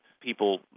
people